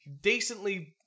decently